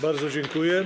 Bardzo dziękuję.